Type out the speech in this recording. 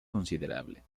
considerable